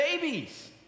babies